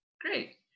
great